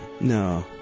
No